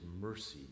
mercy